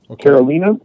Carolina